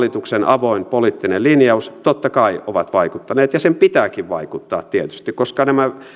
hallituksen avoin poliittinen linjaus totta kai ovat vaikuttaneet ja niiden pitääkin vaikuttaa tietysti koska nämä